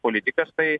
politikas tai